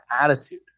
attitude